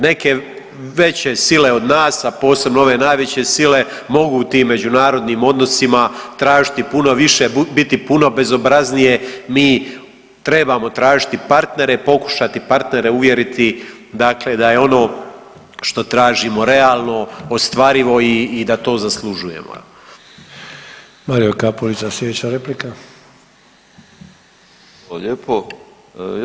Neke već sile od nas, a posebno ove najveće sile mogu u tim međunarodnim odnosima tražiti puno više, biti puno bezobraznije, mi trebamo tražiti partnere, pokušati partnere uvjeriti dakle da je ono što tražimo realno, ostvarivo i da to zaslužujemo, je li?